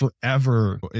forever